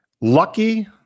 Lucky